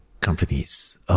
companies